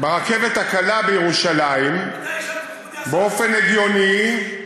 ברכבת הקלה בירושלים, באופן הגיוני,